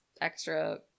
extra